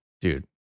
dude